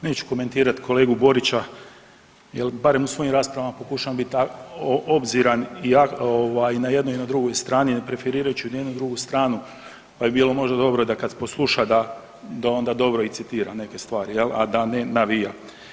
Neću komentirati kolegu Borića jer barem u svojim raspravama pokušavam biti obziran i ovaj i na jednoj i na drugoj strani ne preferirajući ni jednu ni drugu stranu, pa bi bilo možda dobro da kad posluša da onda dobro i citira neke stvari jel, a da ne navija.